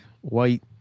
white